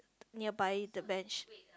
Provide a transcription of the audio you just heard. nearby the bench